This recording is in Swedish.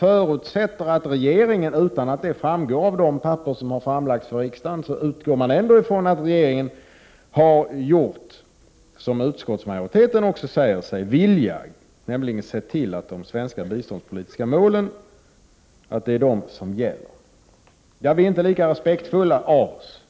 Man utgår från att regeringen, utan att det framgår av det material som Upi p rättande aven ner lagts fram för riksdagen, har handlat i överensstämmelse med vad utskottsdisk utvecklingsfond SR 3 LL & å I z na majoriteten säger sig vilja. Det är alltså de svenska biståndspolitiska målen för kreditgivning till Z R som gäller. u-länder Vi är dock inte lika respektfulla.